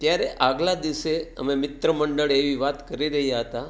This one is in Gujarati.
ત્યારે આગલા દિવસે અમે મિત્ર મંડળ એવી વાત કરી રહ્યા હતા